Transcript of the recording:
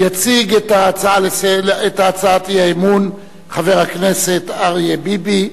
יציג את הצעת האי-אמון חבר הכנסת אריה ביבי,